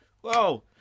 whoa